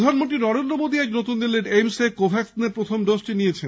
প্রধানমন্ত্রী নরেন্দ্র মোদী আজ নতুন দিল্লির এইমসে কো ভ্যাকসিনের প্রথম ডোজটি নিয়েছেন